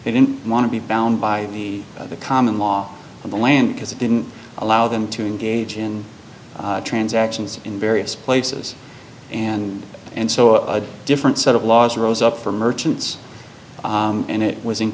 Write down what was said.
they didn't want to be bound by the the common law of the land because it didn't allow them to engage in transactions in various places and and so a different set of laws rose up for merchants and it was in